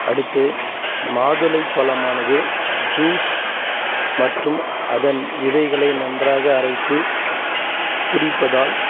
அடுத்து மாதுளை பழமானது ஜூஸ் மற்றும் அதன் விதைகளை நன்றாக அரைத்து குடிப்பதால்